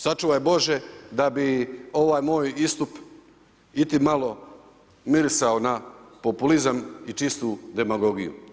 Sačuvaj bože da bi ovaj moj istup iti malo mirisao na populizam i čistu demagogiju.